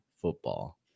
football